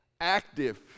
active